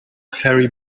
ferry